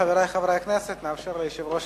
חברי חברי הכנסת, נאפשר ליושב-ראש